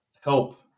help